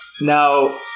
now